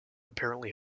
apparently